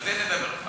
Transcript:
על זה נדבר בפעם אחרת,